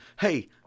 Hey